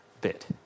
bit